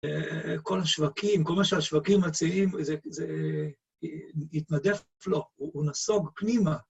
כל השווקים, כל מה שהשווקים מציעים, זה התנדף לו, הוא נסוג פנימה.